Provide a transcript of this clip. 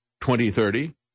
2030